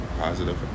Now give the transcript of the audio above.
positive